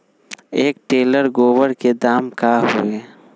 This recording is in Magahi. एक टेलर गोबर के दाम का होई?